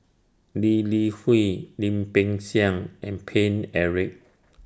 Lee Li Hui Lim Peng Siang and Paine Eric